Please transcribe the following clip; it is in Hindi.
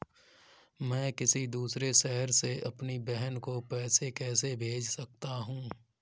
मैं किसी दूसरे शहर से अपनी बहन को पैसे कैसे भेज सकता हूँ?